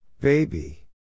Baby